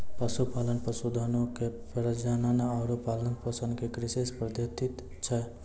पशुपालन, पशुधनो के प्रजनन आरु पालन पोषण के कृषि पद्धति छै